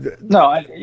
No